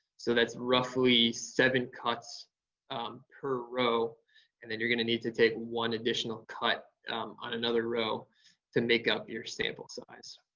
so that's roughly seven cuts per row and then you're gonna need to take one additional cut on another row to make up your sample size.